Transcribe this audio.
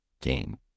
game